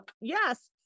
yes